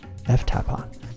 ftapon